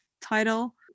title